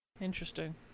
Interesting